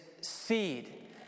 seed